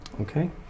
Okay